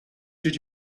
did